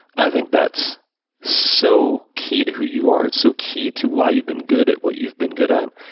i think that's so key to who you are. it's so key to why you've been good at what you've been good at.